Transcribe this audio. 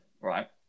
right